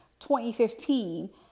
2015